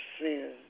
sin